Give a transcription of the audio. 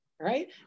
right